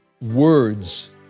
words